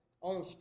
On